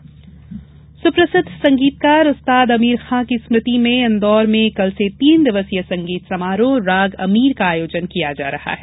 संगीत समारोह सुप्रसिद्ध संगीतकार उस्ताद अमीर खाँ की स्मृति में इन्दौर में कल से तीन दिवसीय संगीत समारोह राग अमीर का आयोजन किया जायेगा